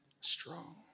strong